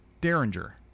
Derringer